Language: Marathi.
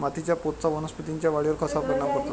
मातीच्या पोतचा वनस्पतींच्या वाढीवर कसा परिणाम करतो?